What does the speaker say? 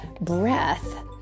breath